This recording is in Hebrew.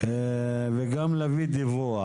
וגם להביא דיווח.